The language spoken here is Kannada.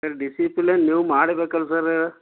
ಸರ್ ಡಿಸಿಪ್ಲಿನ್ ನೀವು ಮಾಡ್ಬೇಕಲ್ಲ ಸರ